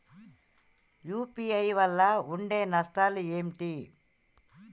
UPI వల్ల ఉండే నష్టాలు ఏంటి??